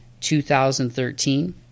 2013